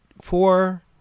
four